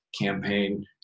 campaign